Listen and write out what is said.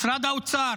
משרד האוצר,